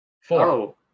Four